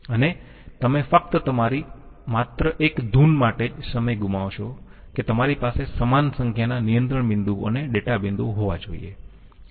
અને તમે ફક્ત તમારી માત્ર એક ધૂન માટે જ સમય ગુમાવશો કે તમારી પાસે સમાન સંખ્યાના નિયંત્રણ બિંદુઓ અને ડેટા બિંદુઓ હોવા જોઈયે